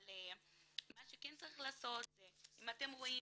אבל מה שכן צריך לעשות זה אם אתם רואים